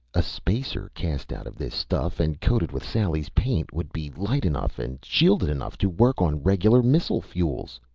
a spacer cast out of this stuff and coated with sally's paint would be light enough and shielded enough to work on regular missile fuels.